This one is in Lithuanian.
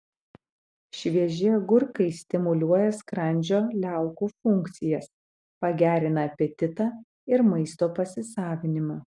švieži agurkai stimuliuoja skrandžio liaukų funkcijas pagerina apetitą ir maisto pasisavinimą